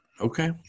Okay